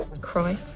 Cry